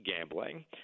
gambling